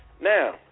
Now